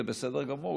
זה בסדר גמור,